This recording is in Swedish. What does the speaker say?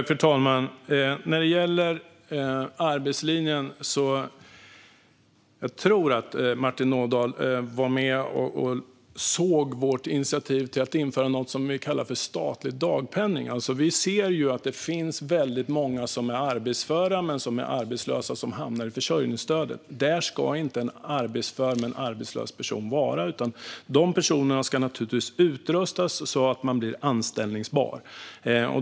Fru talman! När det gäller arbetslinjen tror jag att Martin Ådahl var med och såg vårt initiativ om att införa något som vi kallade statlig dagpenning. Vi ser att det finns väldigt många som är arbetsföra men som är arbetslösa och hamnar i försörjningsstödet. Där ska inte en arbetsför men arbetslös person vara. De personerna ska naturligtvis utrustas så att de blir anställbara.